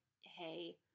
hey